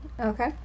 Okay